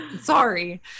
Sorry